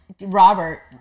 Robert